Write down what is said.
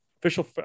official